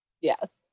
Yes